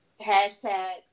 Hashtag